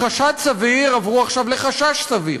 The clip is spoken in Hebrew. מחשד סביר עברו עכשיו לחשש סביר.